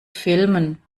filmen